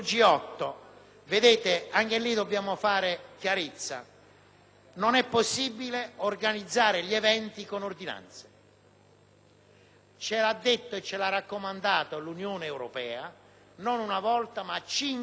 vedete, dobbiamo fare chiarezza: non e possibile organizzare gli eventi con ordinanze, ce l’ha detto e raccomandato l’Unione europea, non una volta, ma cinque; pochi